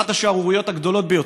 אחת השערוריות הגדולות ביותר: